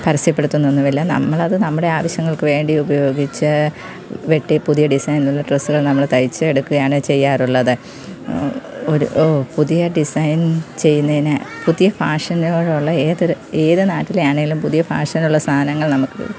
പരസ്യപ്പെടുത്തുന്നൊന്നുമില്ല നമ്മളത് നമ്മുടെ ആവശ്യങ്ങൾക്ക് വേണ്ടി ഉപയോഗിച്ച് വെട്ടി പുതിയ ഡിസൈൻലുള്ള ഡ്രസ്സ്കൾ നമ്മൾ തയ്ച്ച് എടുക്കുകയാണ് ചെയ്യാറുള്ളത് ഒരു പുതിയ ഡിസൈൻ ചെയ്യുന്നതിന് പുതിയ ഫാഷന്കളിലുള്ള ഏതൊരു ഏത് നാട്ടിലെ ആണേലും പുതിയ ഫാഷനുള്ള സാധനങ്ങൾ നമുക്ക്